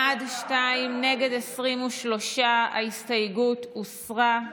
בעד, שניים, נגד, 23. ההסתייגות הוסרה.